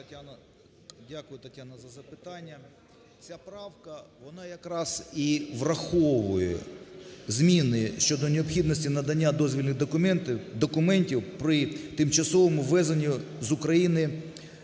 Дякую, Тетяна, за запитання. Ця правка, вона якраз і враховує зміни щодо необхідності надання дозвільних документів при тимчасовому ввезенню з України,